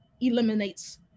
eliminates